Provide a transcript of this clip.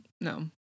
no